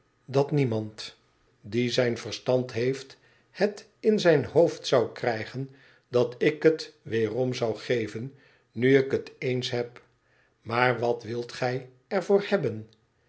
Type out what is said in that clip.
dat niemand die zijn verstand heeft het in zijn hoofd zou krijgen dat ik het weerom zou geven nu ik het eens heb maar wat wilt gij er voor hebben